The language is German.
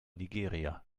nigeria